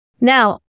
Now